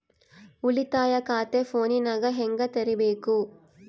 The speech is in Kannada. ಉಳಿತಾಯ ಖಾತೆ ಫೋನಿನಾಗ ಹೆಂಗ ತೆರಿಬೇಕು?